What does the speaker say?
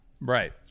right